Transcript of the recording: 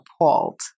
appalled